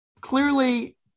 Clearly